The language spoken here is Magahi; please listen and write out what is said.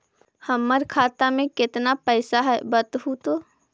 हमर खाता में केतना पैसा है बतहू तो?